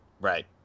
Right